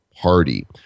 party